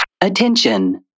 Attention